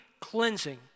cleansing